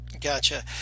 Gotcha